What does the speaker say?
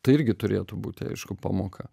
tai irgi turėtų būti aišku pamoka